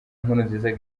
nkurunziza